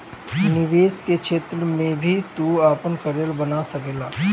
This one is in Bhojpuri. निवेश के क्षेत्र में भी तू आपन करियर बना सकेला